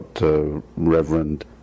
Reverend